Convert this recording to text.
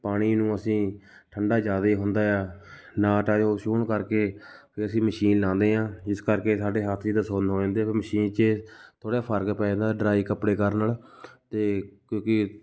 ਪਾਣੀ ਨੂੰ ਅਸੀਂ ਠੰਡਾ ਜ਼ਿਆਦਾ ਹੁੰਦਾ ਹੈ ਕਰਕੇ ਫਿਰ ਅਸੀਂ ਮਸ਼ੀਨ ਲਾਉਂਦੇ ਹਾਂ ਜਿਸ ਕਰਕੇ ਸਾਡੇ ਹੱਥ ਜਿਹੇ ਤਾਂ ਸੁੰਨ ਹੋ ਜਾਂਦੇ ਕਿਉਂਕਿ ਮਸ਼ੀਨ 'ਚ ਥੋੜ੍ਹਾ ਜਿਹਾ ਫ਼ਰਕ ਪੈ ਜਾਂਦਾ ਡ੍ਰਾਈ ਕੱਪੜੇ ਕਰਨ ਨਾਲ਼ ਅਤੇ ਕਿਉਂਕਿ